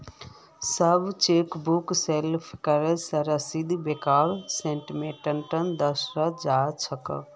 सब चेकबुक शुल्केर रसीदक बैंकेर स्टेटमेन्टत दर्शाल जा छेक